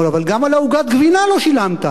אמר: אבל גם על עוגת הגבינה לא שילמת.